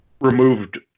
removed